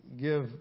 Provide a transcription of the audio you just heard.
give